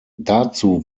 dazu